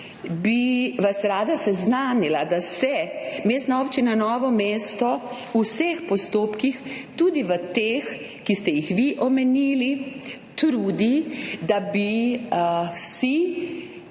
bi vas rada seznanila, da se Mestna občina Novo mesto v vseh postopkih, tudi v teh, ki ste jih vi omenili, trudi, da bi vsi,